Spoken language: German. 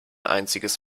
einziges